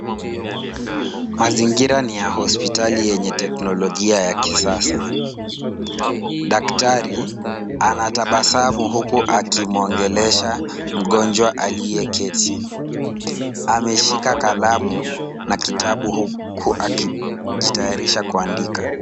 Mazingira ni ya hospitali yenye teknolojia ya kisasa. Daktari anatabasamu huku akimuongelesha mgonjwa aliyeketi. Ameshika kalamu na kitabu huku akijitayarisha kuandika.